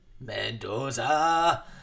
Mendoza